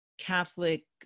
Catholic